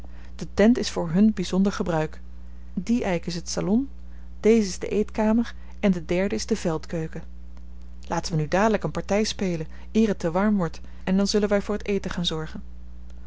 de tent is voor hun bijzonder gebruik die eik is het salon deze is de eetkamer en de derde is de veldkeuken laten wij nu dadelijk een partij spelen eer het te warm wordt en dan zullen wij voor het eten gaan zorgen